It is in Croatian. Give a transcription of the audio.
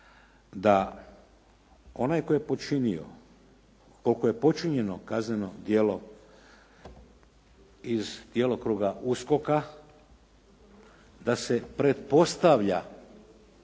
razumije./ … počinjeno kazneno djelo iz djelokruga USKOK-a da se pretpostavlja